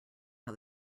how